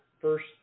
first